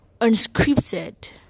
Unscripted